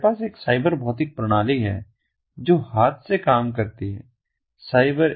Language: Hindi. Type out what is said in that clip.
तो हमारे पास एक साइबर भौतिक प्रणाली है जो हाथ से काम करती है